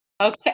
Okay